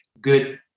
good